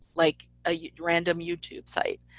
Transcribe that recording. like a yeah random youtube site.